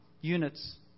units